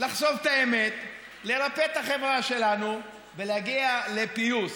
לחשוף את האמת, לרפא את החברה שלנו ולהגיע לפיוס.